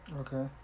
Okay